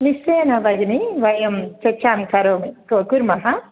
निश्चयेन भगिनी वयं शिक्षां करोमि कु कुर्मः